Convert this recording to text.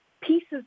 pieces